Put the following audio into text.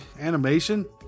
animation